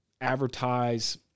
advertise